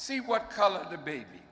see what color the baby